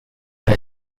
her